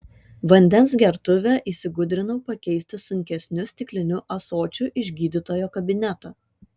vandens gertuvę įsigudrinau pakeisti sunkesniu stikliniu ąsočiu iš gydytojo kabineto